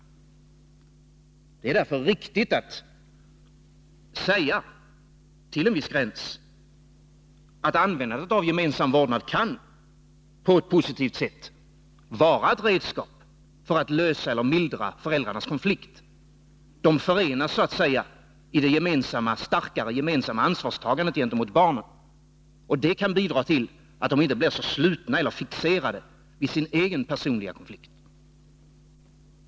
Det är därför riktigt att säga, till en viss gräns, att användandet av gemensam vårdnad kan på ett positivt sätt vara ett redskap för att lösa eller mildra föräldrarnas konflikt. De förenas så att säga i det starkare gemensamma ansvarstagandet gentemot barnen, och det kan bidra till att de inte blir så slutna eller fixerade vid sin egen personliga konflikt.